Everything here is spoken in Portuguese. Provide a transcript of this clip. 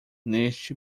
neste